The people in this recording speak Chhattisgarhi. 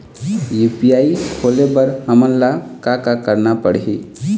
यू.पी.आई खोले बर हमन ला का का करना पड़ही?